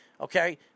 Okay